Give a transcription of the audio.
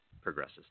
progresses